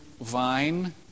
vine